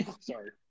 Sorry